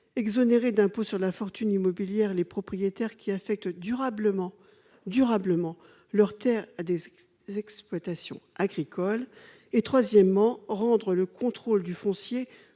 exonérer d'impôt sur la fortune immobilière les propriétaires qui affectent durablement leurs terres à des exploitations agricoles ; troisièmement, rendre le contrôle du foncier